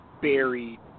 buried